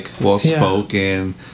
well-spoken